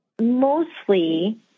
mostly